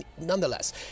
Nonetheless